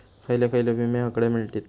खयले खयले विमे हकडे मिळतीत?